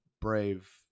Brave